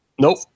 Nope